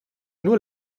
nur